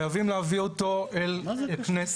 חייבים להביא אותו אל הכנסת,